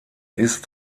ist